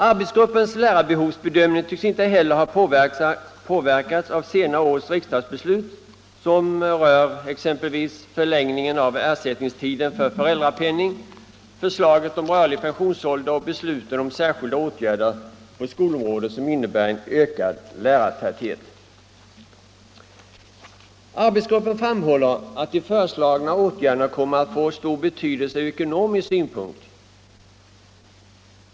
Arbetsgruppens lärarbehovsbedömning tycks inte heller ha påverkats av senare års riksdagsbeslut om exempelvis föräldrapenning under längre tid, om rörlig pensionsålder och om särskilda åtgärder på skolområdet som innebär en ökad lärartäthet. Arbetsgruppen framhåller att de föreslagna åtgärderna kommer att få stor betydelse ur ekonomisk synpunkt.